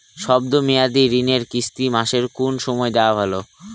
শব্দ মেয়াদি ঋণের কিস্তি মাসের কোন সময় দেওয়া ভালো?